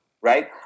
Right